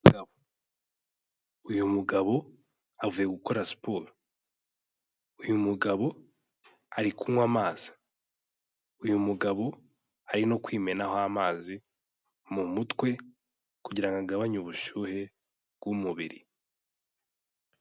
Uyu mugabo avuye gukora siporo, uyu mugabo ari kunywa amazi, uyu mugabo ari no kwimenaho amazi mu mutwe kugira ngo agabanye ubushyuhe bw'umubiri.